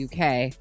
UK